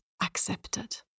Accepted